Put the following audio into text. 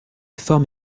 forme